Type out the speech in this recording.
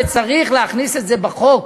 וצריך להכניס את זה לחוק,